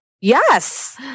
Yes